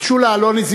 שולה אלוני,